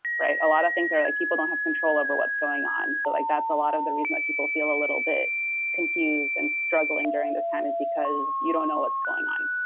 a lot of things are like people don't have control over what's going on. so like that's a lot of the reason that people feel a little bit confused and struggling during this time is because you don't know what's going on.